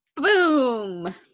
Boom